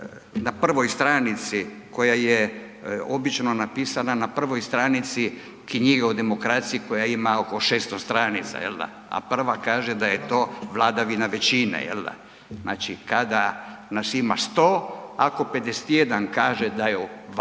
na prvoj stranici koja je obično napisana na prvoj stranici knjige o demokraciji koja ima oko 600 stranica, jel da, a prva kaže da je to vladavina većine, jel da. Znači kada nas ima 100, ako 51 kaže da je ovako,